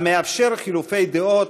המאפשר חילופי דעות,